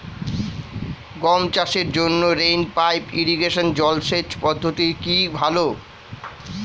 গম চাষের জন্য রেইন পাইপ ইরিগেশন জলসেচ পদ্ধতিটি কি ভালো?